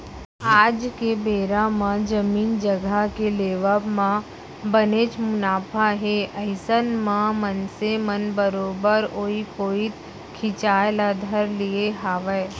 आज के बेरा म जमीन जघा के लेवब म बनेच मुनाफा हे अइसन म मनसे मन बरोबर ओइ कोइत खिंचाय ल धर लिये हावय